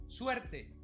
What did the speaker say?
suerte